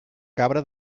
cabra